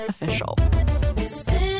official